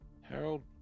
Harold